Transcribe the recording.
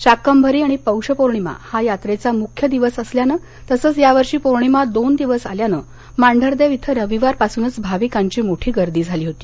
शाकंभरी आणि पौष पौर्णिमा हा यात्रेचा मुख्य दिवस असल्यानं तसंच यावर्षी पौर्णिमा दोन दिवस आल्यानं मांढरदेव इथं रविवार पासूनच भाविकांची मोठी गर्दी झाली होती